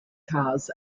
cars